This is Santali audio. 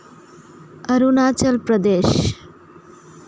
ᱚᱨᱩᱱᱟᱪᱚᱞ ᱯᱨᱚᱫᱮᱥ